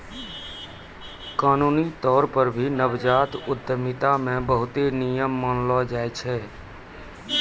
कानूनी तौर पर भी नवजात उद्यमिता मे बहुते नियम मानलो जाय छै